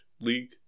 league